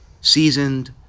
Seasoned